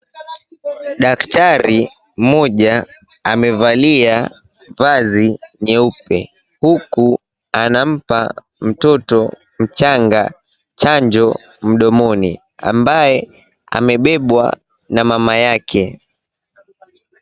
Daktari mmoja amevalia mavazi meupe huku anampa mtoto chanjo mdomoni, ambaye amebebwa na mama yake.